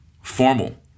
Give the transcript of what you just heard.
Formal